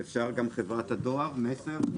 אפשר גם מחברת הדואר "מסר"?